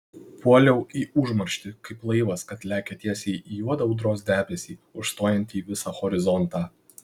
puoliau į užmarštį kaip laivas kad lekia tiesiai į juodą audros debesį užstojantį visą horizontą